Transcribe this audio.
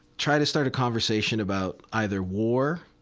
try to start a conversation about either war,